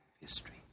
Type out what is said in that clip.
history